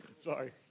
Sorry